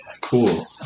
Cool